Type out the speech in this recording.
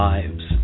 Lives